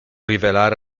rivelare